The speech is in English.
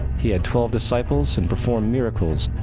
he had twelve disciples and performed miracles,